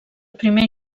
primer